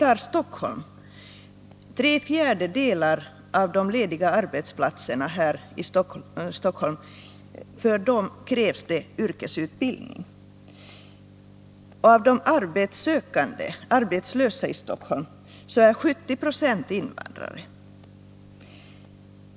För tre fjärdedelar av lediga arbeten i Stockholm krävs det yrkesutbild Nr 37 ning. Av de arbetssökande, arbetslösa i Stockholm, är 70 20 invandrare.